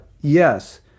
yes